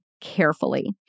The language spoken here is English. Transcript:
carefully